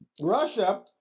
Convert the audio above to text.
Russia